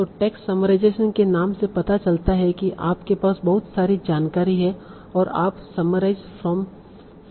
तो text summarization के नाम से पता चलता है की आप के पास बहुत सारी जानकारी है और आप समराइजड फ्रॉम का उत्पादन करना चाहते हैं